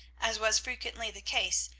as was frequently the case,